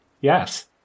Yes